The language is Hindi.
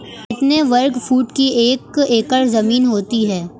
कितने वर्ग फुट की एक एकड़ ज़मीन होती है?